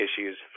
issues